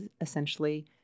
essentially